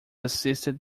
assisted